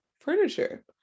furniture